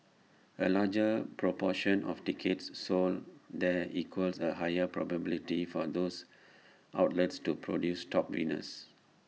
A larger proportion of tickets sold there equals A higher probability for those outlets to produce top winners